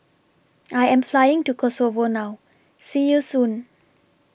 I Am Flying to Kosovo now See YOU Soon